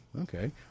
okay